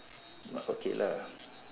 but okay lah